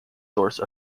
source